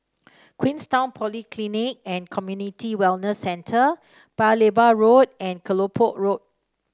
Queenstown Polyclinic and Community Wellness Centre Paya Lebar Road and Kelopak Road